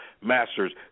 Masters